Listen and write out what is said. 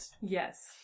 Yes